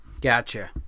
Gotcha